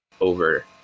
over